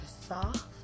soft